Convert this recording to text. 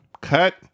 cut